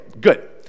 good